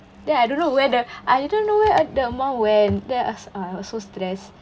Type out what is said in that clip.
then I don't know where the I didn't know where uh the amount went then I I was so stress